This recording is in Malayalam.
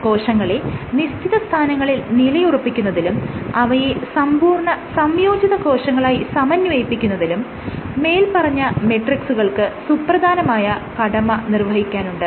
കോശങ്ങളെ നിശ്ചിത സ്ഥാനങ്ങളിൽ നിലയുറപ്പിക്കുന്നതിലും അവയെ സമ്പൂർണ്ണ സംയോജിത കോശങ്ങളായി സമന്വയിപ്പിക്കുന്നതിലും മേല്പറഞ്ഞ മെട്രിക്സുകൾക്ക് സുപ്രധാനമായ കടമ നിർവഹിക്കാനുണ്ട്